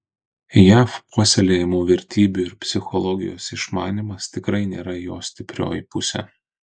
jav puoselėjamų vertybių ir psichologijos išmanymas tikrai nėra jo stiprioji pusė